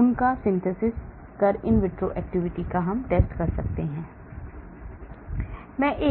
उनका संश्लेषण कर in vitro activity test कर सकता हू